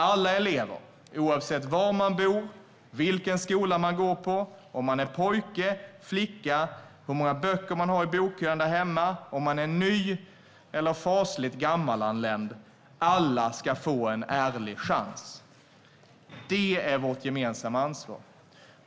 Alla elever - oavsett var man bor, vilken skola man går i, oavsett om man är pojke eller flicka, hur många böcker man har i bokhyllan därhemma, om man är ny eller fasligt gammalanländ, ska få en ärlig chans. Det är vårt gemensamma ansvar.